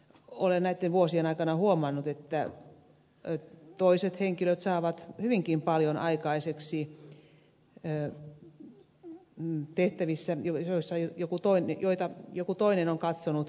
olen näitten vuosien aikana huomannut että toiset henkilöt saavat hyvinkin paljon aikaiseksi tehtävissä joita joku toinen on katsonut ylen